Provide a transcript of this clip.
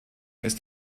ist